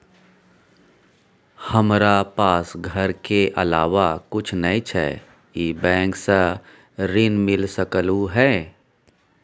हमरा पास घर के अलावा कुछ नय छै ई बैंक स ऋण मिल सकलउ हैं?